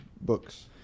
books